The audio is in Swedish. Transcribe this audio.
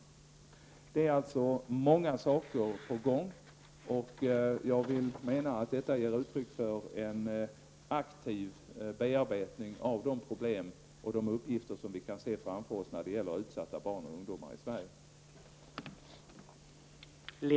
Många saker är alltså på gång, och jag menar att detta gör uttryck för en aktiv bearbetning av de problem och de uppgifter vi kan se framför oss när det gäller utsatta barn och ungdomar i Sverige.